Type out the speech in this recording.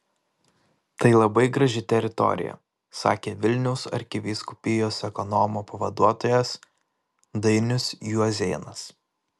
tai labai graži teritorija sakė vilniaus arkivyskupijos ekonomo pavaduotojas dainius juozėnas